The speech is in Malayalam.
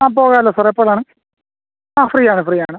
ആ പോകാമല്ലോ സാർ എപ്പോഴാണ് ആ ഫ്രീയാണ് ഫ്രീയാണ്